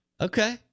Okay